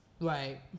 Right